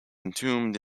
entombed